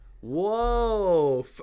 whoa